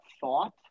thought